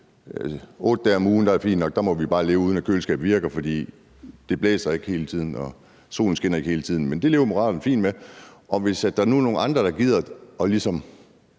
at 8 dage om ugen er det fint nok; der må vi bare leve, uden at køleskabet virker. For det blæser ikke hele tiden og solen skinner ikke hele tiden, men det lever Moderaterne fint med, og hvis der nu er nogle andre, der ligesom